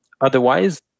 Otherwise